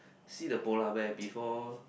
see the polar bear before